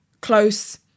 close